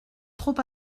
trop